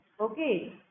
Okay